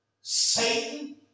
Satan